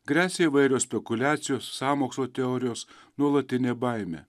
gresia įvairios spekuliacijos sąmokslo teorijos nuolatinė baimė